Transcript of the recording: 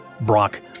Brock